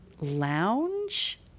Lounge